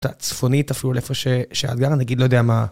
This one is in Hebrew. את הצפונית אפילו, לאיפה שהאתגר, נגיד, לא יודע מה.